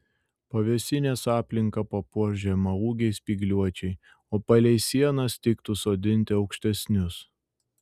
pavėsinės aplinką papuoš žemaūgiai spygliuočiai o palei sienas tiktų sodinti aukštesnius